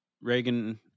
reagan